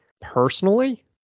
personally